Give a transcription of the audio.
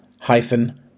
hyphen